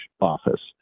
office